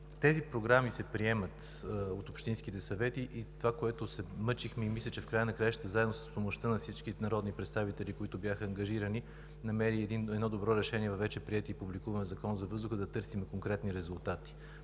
Тези програми се приемат от общинските съвети и това, което се мъчихме, и мисля, че в края на краищата заедно с помощта на всички народни представители, които бяха ангажирани, намери едно добро решение във вече приетия и публикуван Закон за въздуха – да търсим конкретни резултати.